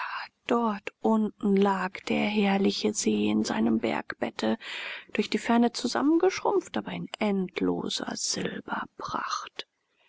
dort unten lag der herrliche see in seinem bergbette durch die ferne zusammengeschrumpft aber in endloser